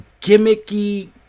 gimmicky